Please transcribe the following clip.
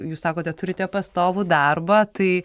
jūs sakote turite pastovų darbą tai